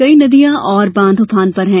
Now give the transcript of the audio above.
कई नदियां और बांध उफान पर हैं